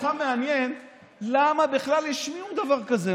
אותך מעניין למה בכלל השמיעו דבר כזה,